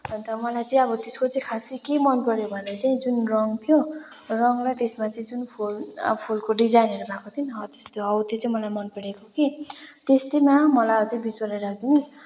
अन्त मलाई चाहिँ अब त्यसको चाहिँ खासै के मन पऱ्यो भने चाहिँ जुन रङ थियो रङ र त्यसमा चाहिँ जुन फुल फुलको डिजाइनहरू भएको थियो नि हो त्यो चाहिँ मलाई मन परेको के त्यस्तैमा मलाई अझै बिसवटा राखिदिनुहोस्